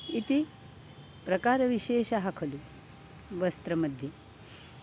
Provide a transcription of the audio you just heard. इति प्रकारविशेषः खलु वस्त्रमध्ये